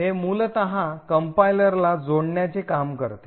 हे मूलतः कंपाईलरला जोडण्याचे काम करते